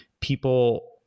people